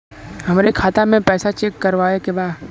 हमरे खाता मे पैसा चेक करवावे के बा?